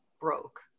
broke